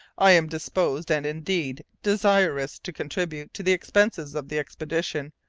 i am disposed, and, indeed, desirous to contribute to the expenses of the expedition.